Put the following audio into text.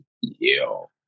yo